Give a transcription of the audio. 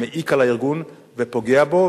מעיק על הארגון ופוגע בו.